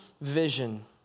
vision